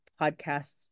podcasts